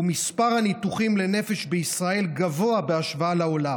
ומספר הניתוחים לנפש בישראל גבוה בהשוואה לעולם.